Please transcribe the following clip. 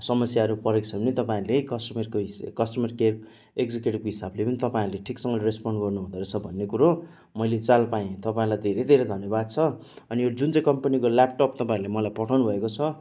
समस्याहरू परेको छ भने तपाईँहरूले कस्टमरको उयेस कस्टमर केयर एक्ज्युकेएटिभको हिसाबले पनि तपाईँहरूले ठिकसँगले रेस्पोन्ड गर्नुहुँदो रहेछ भन्ने कुरो मैले चाल पाएँ तपाईँहरूलाई धेरै धेरै धन्यवाद छ अनि जुन चाहिँ यो कम्पनीको ल्यापटप तपाईँहरूले मलाई पठाउनुभएको छ